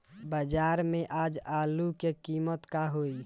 बाजार में आज आलू के कीमत का होई?